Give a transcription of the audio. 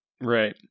Right